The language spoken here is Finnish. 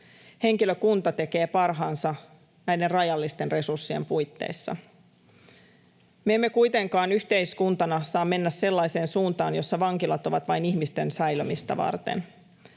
Henkilökunta tekee parhaansa näiden rajallisten resurssien puitteissa. Me emme kuitenkaan yhteiskuntana saa mennä sellaiseen suuntaan, jossa vankilat ovat vain ihmisten säilömistä varten.